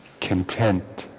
content